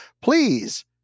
please